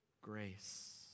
grace